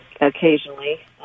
occasionally